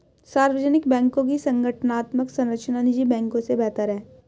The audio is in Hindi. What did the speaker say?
सार्वजनिक बैंकों की संगठनात्मक संरचना निजी बैंकों से बेहतर है